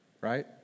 right